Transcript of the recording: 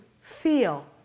feel